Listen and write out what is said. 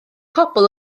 pobl